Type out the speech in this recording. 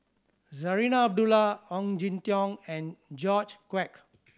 Zarinah Abdullah Ong Jin Teong and George Quek